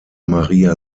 maria